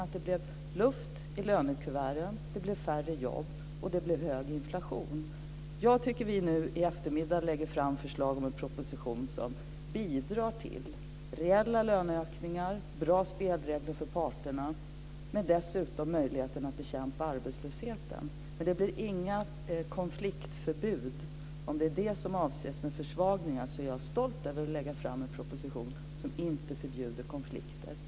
Det blev luft i lönekuverten, det blev färre jobb och det blev hög inflation. Jag tycker att vi lägger fram en proposition nu i eftermiddag som bidrar till reella löneökningar och bra spelregler för parterna. Dessutom ger den möjligheter att bekämpa arbetslösheten. Det blir inga konfliktförbud. Om det är det som avses med försvagningar vill jag säga att jag är stolt över att lägga fram en proposition som inte förbjuder konflikter.